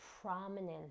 prominence